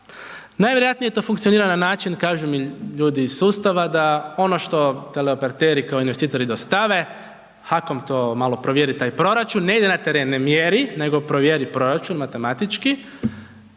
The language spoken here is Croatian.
Najvjerojatnije to funkcionira na način, kažu mi ljudi iz sustava da, ono što teleoperateri kao investitori dostavi, HAKOM to malo provjeri taj proračun, ne ide na teren, ne mjeri nego provjeri proračun matematički,